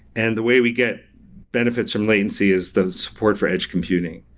and the way we get benefits from latency is the support for edge computing,